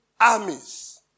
armies